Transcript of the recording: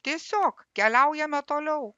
tiesiog keliaujame toliau